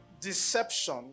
deception